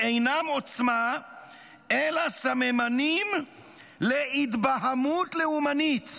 "אינם עוצמה אלא סממנים להתבהמות לאומנית".